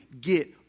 get